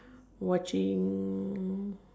watching